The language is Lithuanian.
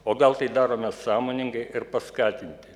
o gal tai darome sąmoningai ir paskatinti